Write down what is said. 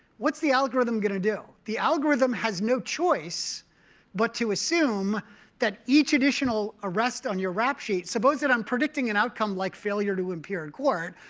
what's the algorithm going to do? the algorithm has no choice but to assume that each additional arrest on your rap sheet suppose that i'm predicting an outcome like failure to appear in court.